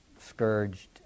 scourged